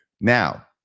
Now